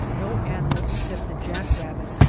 no animal except the jack-rabbit,